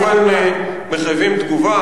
הדברים שלך כמובן מחייבים תגובה.